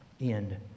end